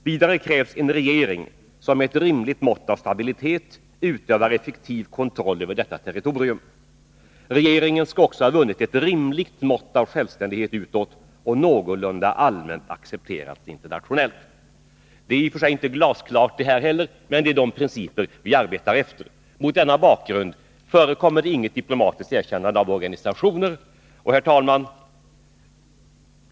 Vidare krävs en regering som med ett rimligt mått av stabilitet utövar effektiv kontroll över detta territorium. Regeringen skall också ha vunnit ett rimligt mått av självständighet utåt och någorlunda allmänt accepterats internationellt.” Detta är i och för sig inte heller glasklart, men det är de principer vi arbetar efter. Mot denna bakgrund förekommer inget diplomatiskt erkännande av organisationer. Herr talman!